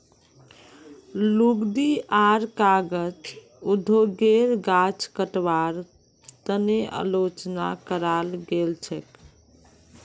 लुगदी आर कागज उद्योगेर गाछ कटवार तने आलोचना कराल गेल छेक